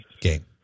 game